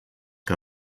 que